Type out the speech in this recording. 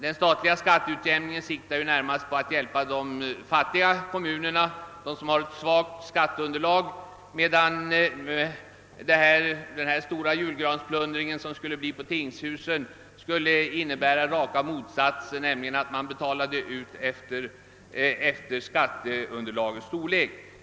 Den statliga skatteutjämningen siktar närmast på att hjälpa kommuner med svagt skatteunderlag, medan den här stora julgransplundringen på tingshusen skulle innebära raka motsatsen, nämligen att man betalar på basis av skatteunderlagets storlek.